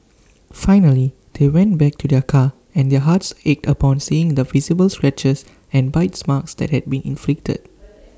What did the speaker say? finally they went back to their car and their hearts ached upon seeing the visible scratches and bites marks that had been inflicted